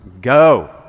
Go